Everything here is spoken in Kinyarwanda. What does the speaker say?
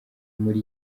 muri